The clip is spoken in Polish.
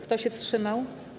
Kto się wstrzymał?